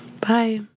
bye